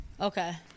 okay